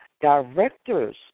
directors